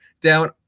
Down